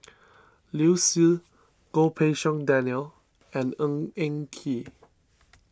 Liu Si Goh Pei Siong Daniel and Eng Ng Kee